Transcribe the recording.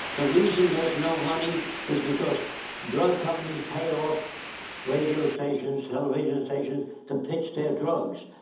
the reason there's no money is because drug companies pay off radio stations, television stations to pitch their drugs.